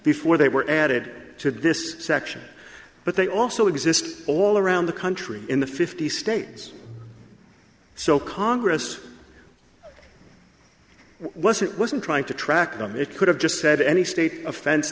before they were added to this section but they also exist all around the country in the fifty states so congress wasn't wasn't trying to track them it could have just said any state offense